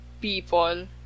people